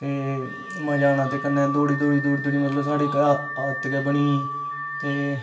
मजा आना ते कन्ने दौड़ी दौड़ ीमतलब साडी आदत गै बनी गेई ते